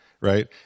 right